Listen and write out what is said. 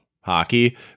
hockey